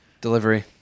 Delivery